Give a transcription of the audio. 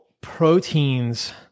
proteins